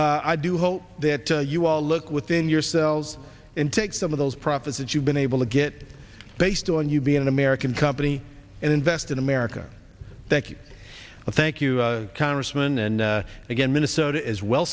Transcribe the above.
i do hope that you all look within yourselves and take some of those profits that you've been able to get based on you being an american company and invest in america thank you thank you congressman and again minnesota is well